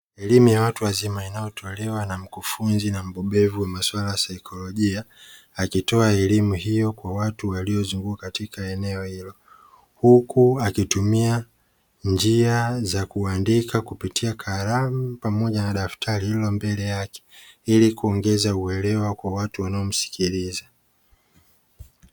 Elimu ya watu wazima inayotolewa na Mkufunzi na mbobevu wa masuala ya saikolojia, akitoa elimu hiyo kwa watu waliozunguka katika eneo hilo, huku akitumia njia za kuandika kupitia kalamu pamoja daftali lililo mbele yake, ili kuongeza uelewa kwa watu wanaomsikiliza.